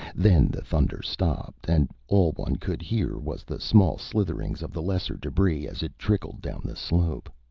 then the thunder stopped and all one could hear was the small slitherings of the lesser debris as it trickled down the slope.